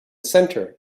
centre